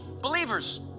believers